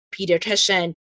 pediatrician